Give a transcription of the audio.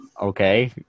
Okay